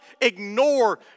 ignore